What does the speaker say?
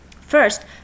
First